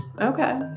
Okay